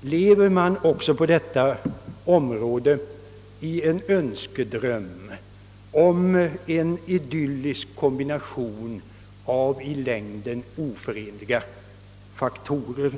lever man också på detta område i en önskedröm om en idyllisk kombination av i längden oförenliga faktorer.